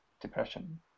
depression